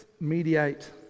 mediate